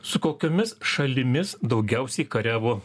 su kokiomis šalimis daugiausiai kariavo